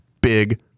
big